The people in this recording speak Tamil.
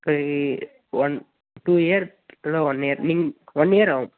கை ஒன் டூ இயர் இல்லை one year min one year ஆகும்